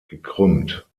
gekrümmt